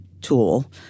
tool